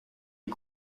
les